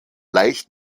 leicht